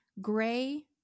gray